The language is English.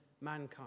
mankind